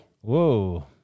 whoa